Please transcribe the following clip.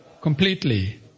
completely